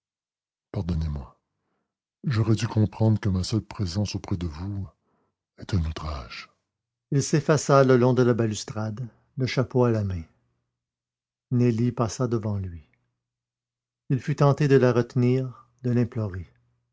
pardonnez-moi j'aurais dû comprendre que ma seule présence auprès de vous est un outrage il s'effaça le long de la balustrade le chapeau à la main nelly passa devant lui il fut tenté de la retenir de